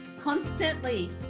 constantly